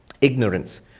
Ignorance